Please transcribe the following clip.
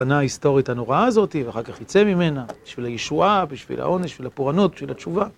ההיסטורית הנוראה הזאתי, ואחר כך ייצא ממנה בשביל הישועה, בשביל העונש, בשביל הפורענות, בשביל התשובה.